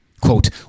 Quote